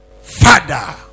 Father